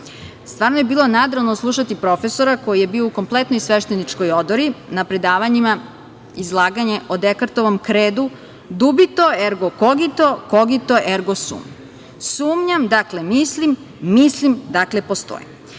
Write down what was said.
Stvarno je bilo nadrealno slušati profesora koji je bio u kompletnoj svešteničkoj odori na predavanjima izlaganje o Dekartovom kredu "dubito ergo kogito, kogito ergo sum". Sumnjam dakle mislim, dakle postojim.